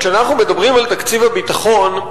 כשאנחנו מדברים על תקציב הביטחון,